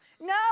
no